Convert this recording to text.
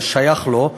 וזה שייך לו.